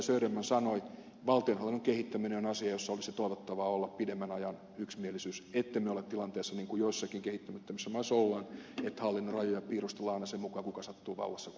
söderman sanoi valtionhallinnon kehittäminen on asia jossa olisi toivottavaa olla pidemmän ajan yksimielisyys ettemme ole tilanteessa niin kuin joissakin kehittymättömissä maissa ollaan että hallinnon rajoja piirustellaan aina sen mukaan kuka sattuu vallassa kulloinkin olemaan